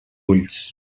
ulls